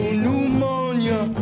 pneumonia